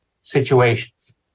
situations